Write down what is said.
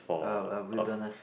uh uh wilderness